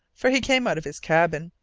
for he came out of his cabin,